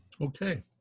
Okay